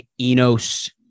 Enos